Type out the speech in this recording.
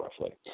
roughly